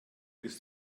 ist